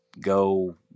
go